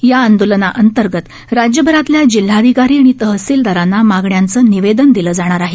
या आंदोलनाअंतर्गत राज्यभरातल्या जिल्हाधिकारी आणि तहसिलदारांना मागण्यांचं निवेदन दिलं जाणार आहे